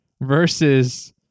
versus